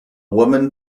woman